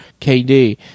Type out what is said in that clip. KD